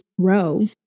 grow